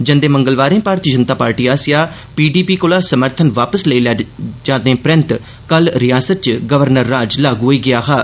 जंदे मंगलवारें भारती जनता पार्टी आसेआ पीडीपी कोला समर्थन वापस लेई लैते जाने परैन्त कल रिआसता च गवर्नर राज लागू होई गेआ हा